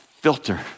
filter